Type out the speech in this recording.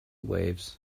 waves